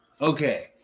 Okay